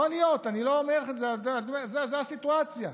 יכול להיות, זו הסיטואציה,